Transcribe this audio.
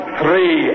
three